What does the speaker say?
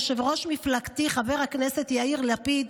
יושב-ראש מפלגתי חבר הכנסת יאיר לפיד,